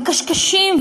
מקשקשים,